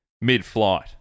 mid-flight